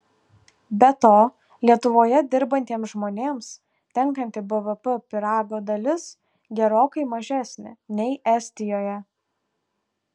be to lietuvoje dirbantiems žmonėms tenkanti bvp pyrago dalis gerokai mažesnė nei estijoje